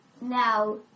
now